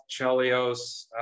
Chelios